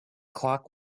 clock